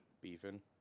beefing